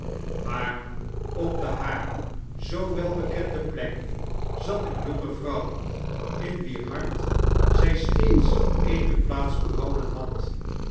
maar op d haar zoo welbekende plek zat eene jonge wouw in wier hart zij steeds eene plaats behouden had